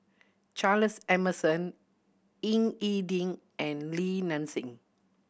Charles Emmerson Ying E Ding and Li Nanxing